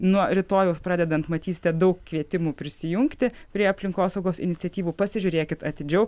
nuo rytojaus pradedant matysite daug kvietimų prisijungti prie aplinkosaugos iniciatyvų pasižiūrėkit atidžiau